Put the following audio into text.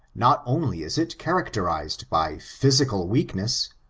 not only is it characterized by physical weakness,